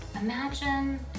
imagine